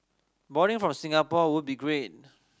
boarding from Singapore would be great